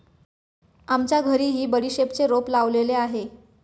आमच्या घरीही बडीशेपचे रोप लावलेले आहे